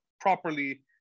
properly